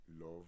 love